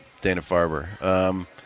Dana-Farber